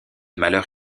malheur